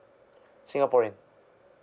singaporean